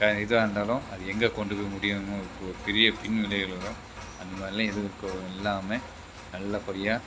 இதாயிருந்தாலும் அது எங்கே கொண்டு போய் முடியும்ன்னு ஒரு பெரிய பின் விளைவுகள் வரும் அந்த மாதிரியெல்லாம் எதுவும் இருக்கா இல்லாமல் நல்லபடியாக